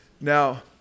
Now